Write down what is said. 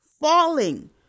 falling